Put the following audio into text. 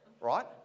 right